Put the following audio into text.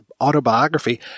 autobiography